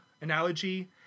analogy